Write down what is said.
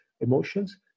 emotions